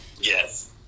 Yes